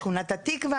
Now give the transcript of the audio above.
שכונת התקווה,